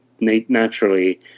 naturally